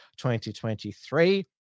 2023